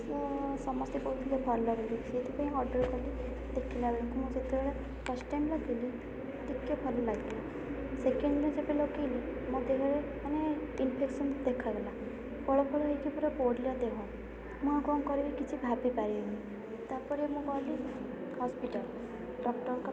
ତ ସମସ୍ତେ କହୁଥିଲେ ଭଲ ବୋଲି ସେଥିପାଇଁ ଅର୍ଡ଼ର୍ କଲି ଦେଖିଲା ବେଳକୁ ମୁଁ ଯେତେବେଳେ ଫାଷ୍ଟ୍ ଟାଇମ୍ ଲଗେଇଲି ଟିକେ ଭଲ ଲାଗିଲା ସେକେଣ୍ଡ୍ ଯେବେ ଲଗେଇଲି ମୋ ଦେହରେ ମାନେ ଇନଫେକ୍ସନ୍ ଦେଖାଗଲା ଫଳ ଫଳ ହୋଇକି ପୁରା ପୋଡ଼ିଲା ଦେହ ମୁଁ ଆଉ କ'ଣ କରିବି କିଛି ଭାବିପାରିଲିନି ତା'ପରେ ମୁଁ ଗଲି ହସପିଟାଲ୍ ଡକ୍ଟରଙ୍କ ପାଖକୁ